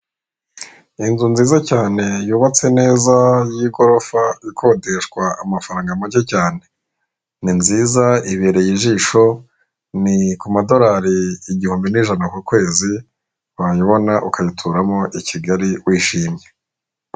N'inzu nziza cyane yubatse neza y'igorofa ikodeshwa amafaranga make cyane, ninziza ibereye ijisho ni kumadolari igihumbi n'ijana ku kwezi, wayibona ukayituramo i Kigali wishimye.